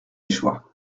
échoua